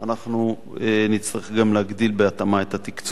נצטרך גם להגדיל בהתאמה את התקצוב.